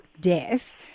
death